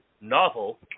novel